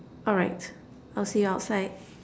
alright I'll see you outside